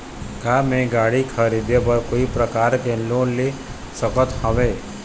का मैं गाड़ी खरीदे बर कोई प्रकार के लोन ले सकत हावे?